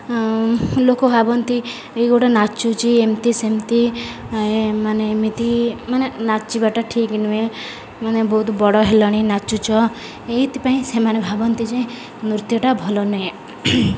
ଲୋକ ଭାବନ୍ତି ଏଇ ଗୋଟେ ନାଚୁଛି ଏମିତି ସେମିତି ମାନେ ଏମିତି ମାନେ ନାଚିବାଟା ଠିକ୍ ନୁହେଁ ମାନେ ବହୁତ ବଡ଼ ହେଲଣି ନାଚୁଚ ଏଇଥିପାଇଁ ସେମାନେ ଭାବନ୍ତି ଯେ ନୃତ୍ୟଟା ଭଲ ନୁହେଁ